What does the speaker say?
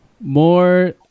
More